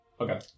Okay